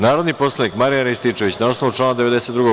Narodni poslanik Marijan Rističević, na osnovu člana 92.